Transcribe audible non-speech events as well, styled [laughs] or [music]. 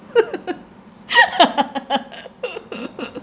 [laughs]